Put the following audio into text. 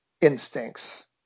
instincts